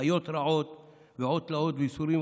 חיות רעות ועוד תלאות וייסורים,